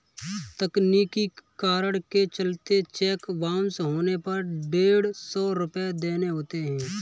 तकनीकी कारण के चलते चेक बाउंस होने पर डेढ़ सौ रुपये देने होते हैं